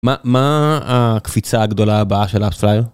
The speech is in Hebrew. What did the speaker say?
מה הקפיצה הגדולה הבאה של AppsFlyer?